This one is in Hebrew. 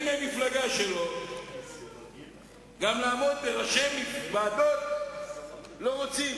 גם עבודת הוועדות תיפגע.